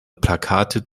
plakate